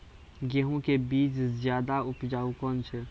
गेहूँ के बीज ज्यादा उपजाऊ कौन है?